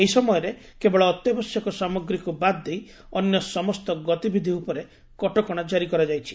ଏହି ସମୟରେ କେବଳ ଅତ୍ୟାବଶ୍ୟକ ସାମଗ୍ରୀକୁ ବାଦ୍ ଦେଇ ଅନ୍ୟ ସମସ୍ତ ଗତିବିଧି ଉପରେ କଟକଣା ଜାରି କରାଯାଇଛି